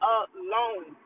alone